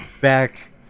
back